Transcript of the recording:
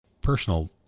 personal